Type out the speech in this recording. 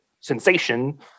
sensation